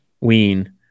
ween